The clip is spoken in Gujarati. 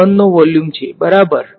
હા એ રીજીયન 1 નો વોલ્યુમ છે બરાબર